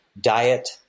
diet